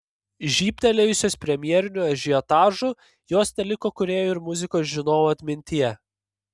žybtelėjusios premjeriniu ažiotažu jos teliko kūrėjų ir muzikos žinovų atmintyje